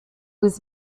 was